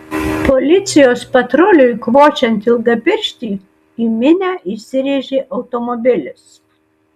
policijos patruliui kvočiant ilgapirštį į minią įsirėžė automobilis